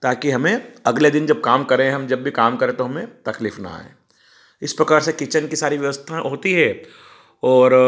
ताकि हमें अगले दिन जब काम करें हम जब भी काम करें तो हमें तकलीफ न आए इस प्रकार से किचन की सारी व्यवस्था होती है और